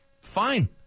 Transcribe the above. fine